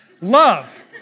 Love